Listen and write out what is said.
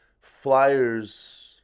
flyers